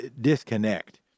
disconnect